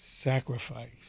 sacrifice